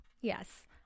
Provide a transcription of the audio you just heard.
yes